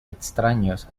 extraños